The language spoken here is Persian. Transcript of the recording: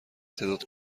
تعداد